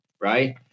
right